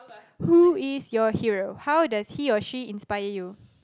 who is your hero how does he or she inspire you